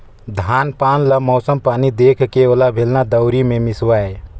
धान पान ल मउसम पानी देखके ओला बेलना, दउंरी मे मिसवाए